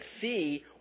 see